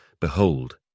behold